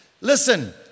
Listen